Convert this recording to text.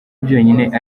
byonyine